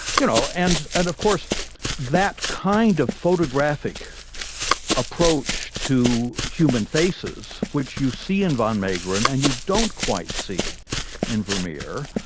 you know. and and of course that kind of photographic approach to human faces, which you see in van meegeren and you don't quite see in vermeer,